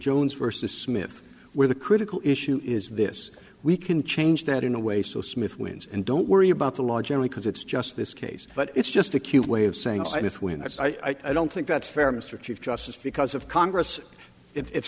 jones versus smith where the critical issue is this we can change that in a way so smith wins and don't worry about the longevity because it's just this case but it's just a cute way of saying if when it's i don't think that's fair mr chief justice because of congress if